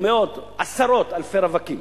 לא מאות, עשרות אלפי רווקים.